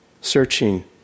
searching